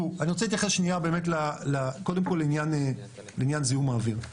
אני רוצה להתייחס לעניין זיהום האויר.